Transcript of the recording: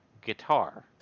guitar